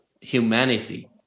humanity